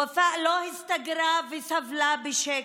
ופאא לא הסתגרה וסבלה בשקט,